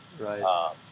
right